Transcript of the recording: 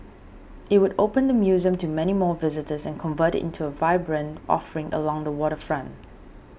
it would open the museum to many more visitors and convert it into a vibrant offering along the waterfront